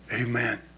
Amen